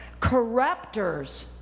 corruptors